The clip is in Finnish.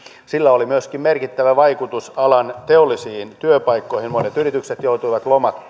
sillä oli myöskin merkittävä vaikutus alan teollisiin työpaikkoihin monet yritykset joutuivat